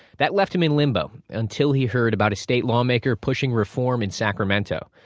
that left him in limbo until he heard about a state lawmaker pushing reform in sacramento.